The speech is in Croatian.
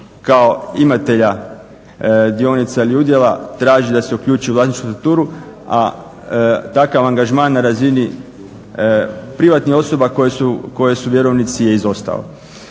kao imatelja dionica ili udjela da se uključi u vlasničku strukturu a takav angažman na razini prihvatnih osoba koje su vjerovnici je izostao.